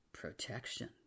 protection